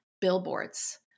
billboards